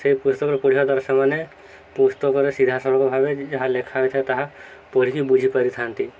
ସେଇ ପୁସ୍ତକରେ ପଢ଼ିବା ଦ୍ୱାରା ସେମାନେ ପୁସ୍ତକରେ ସିଧାସଳଖ ଭାବେ ଯାହା ଲେଖା ହୋଇଥାଏ ତାହା ପଢ଼ିକି ବୁଝିପାରିଥାନ୍ତି